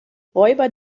räuber